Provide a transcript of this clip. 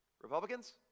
Republicans